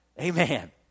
amen